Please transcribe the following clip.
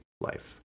life